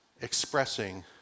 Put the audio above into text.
expressing